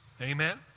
Amen